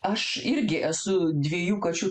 aš irgi esu dviejų kačių